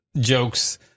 jokes